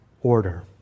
order